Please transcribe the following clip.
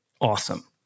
Awesome